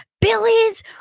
Billy's